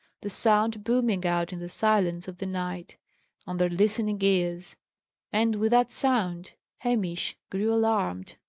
the sound booming out in the silence of the night on their listening ears and with that sound, hamish grew alarmed.